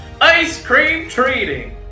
ice-cream-treating